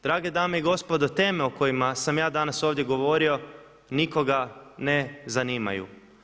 Drage dame i gospodo teme o kojima sam ja danas ovdje govorio nikoga ne zanimaju.